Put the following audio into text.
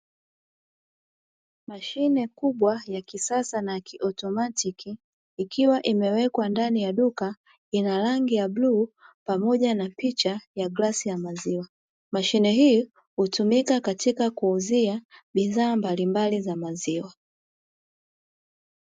Mashine kubwa ya kisasa na kiotomatiki ikiwa imewekwa ndani ya duka, ina rangi ya bluu pamoja na picha ya glasi ya maziwa. Mashine hii hutumika katika kuuzia bidhaa mbalimbali za maziwa.